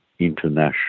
international